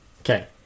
Okay